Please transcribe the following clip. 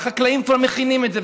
והחקלאים כבר מכינים את זה.